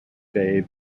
day